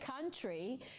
country